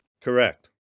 Correct